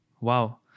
Wow